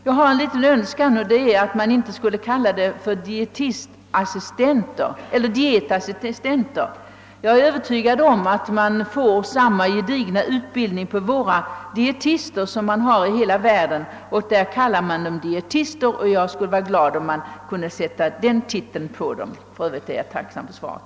Jag har en liten önskan, nämligen att man inte skulle använda beteckningen dietassistenter. Jag är övertygad om att vi i Sverige får samma gedigna utbildning för dietister som man har i hela världen. Där kallas de dietister och jag skulle vara glad om man kunde använda den titeln på dem. För övrigt är jag tacksam för svaret.